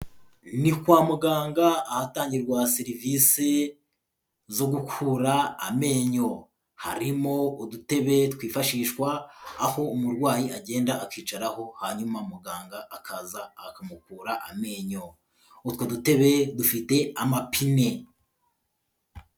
Ni kwa muganga ahatangirwa serivise zo gukura amenyo, harimo udutebe twifashishwa, aho umurwayi agenda akicaraho hanyuma muganga akaza akamukura amenyo, utwo dutebe dufite amapine.